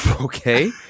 Okay